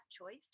choice